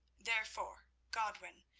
therefore, godwin,